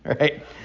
right